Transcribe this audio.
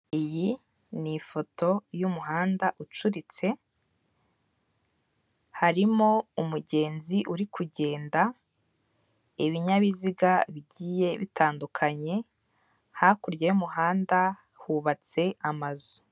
Iyi ni ifoto y'umuhanda ucuritse, harimo umugenzi uri kugenda ibinyabiziga bigiye bitandukanye hakurya y'umuhanda hubatse amazu.